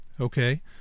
Okay